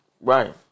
Right